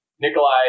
Nikolai